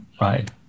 right